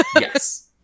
Yes